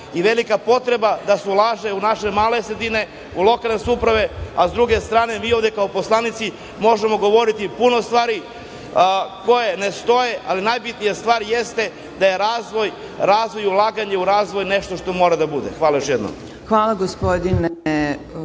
i velika potreba da se ulaže u naše male sredine, u lokalne samouprave, a sa druge strane vi ovde kao poslanici možemo govoriti puno stvari koje ne stoje, ali najbitnija stvar jeste da je razvoj i ulaganje u razvoj nešto što mora da bude. Hvala. **Marina Raguš** Hvala, gospodine